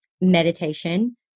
meditation